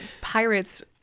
pirates